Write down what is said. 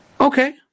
Okay